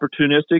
opportunistic